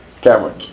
Cameron